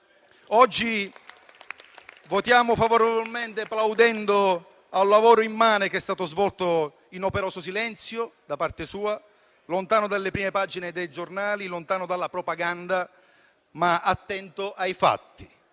Oggi votiamo favorevolmente plaudendo al lavoro immane che è stato svolto in operoso silenzio da parte sua, lontano dalle prime pagine dei giornali, lontano dalla propaganda ma attento ai fatti.